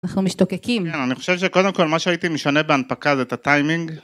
אנחנו משתוקקים. כן, אני חושב שקודם כל מה שהייתי משנה בהנפקה זה את הטיימינג.